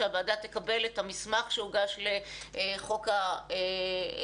שהוועדה תקבל את המסמך שהוגש לחוק ההסדרים.